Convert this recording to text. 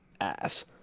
ass